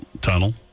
tunnel